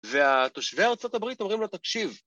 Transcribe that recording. ‫וה... תושבי ארה״ב אומרים לו, תקשיב.